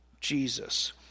Jesus